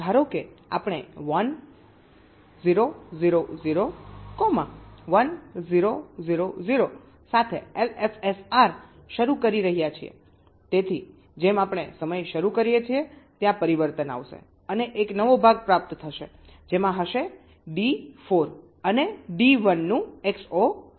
ધારો કે આપણે 1 0 0 0 1 0 0 0 સાથે એલએફએસઆર શરૂ કરી રહ્યા છીએ તેથી જેમ આપણે સમય શરૂ કરીએ છીએ ત્યાં પરિવર્તન આવશે અને એક નવો ભાગ પ્રાપ્ત થશે જેમાં હશે D4 અને D1 નું XOR